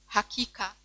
Hakika